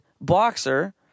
boxer